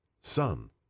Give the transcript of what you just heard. Son